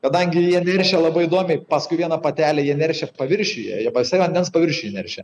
kadangi jie neršia labai įdomiai paskui vieną patelę jie neršia paviršiuje jie pasi vandens paviršiuje neršia